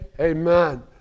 Amen